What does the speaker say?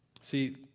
See